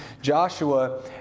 Joshua